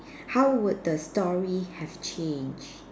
how would the story have changed